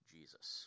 Jesus